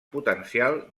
potencial